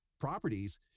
properties